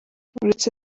uretse